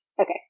Okay